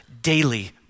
daily